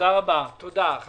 אם